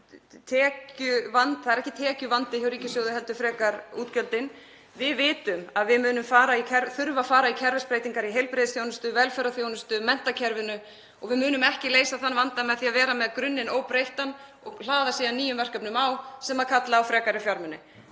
er ekki tekjuvandi hjá ríkissjóði heldur eru það frekar útgjöldin. Við vitum að við munum þurfa að fara í kerfisbreytingar í heilbrigðisþjónustunni, velferðarþjónustu, menntakerfinu og við munum ekki leysa þann vanda með því að vera með grunninn óbreyttan og hlaða síðan nýjum verkefnum á sem kalla á frekari fjármuni.